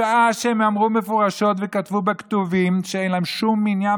בשעה שהם אמרו מפורשות וכתבו בכתובים שאין להם שום עניין